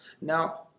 Now